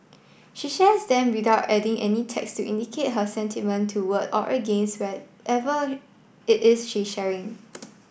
she shares them without adding any text to indicate her sentiment toward or against whatever it is she is sharing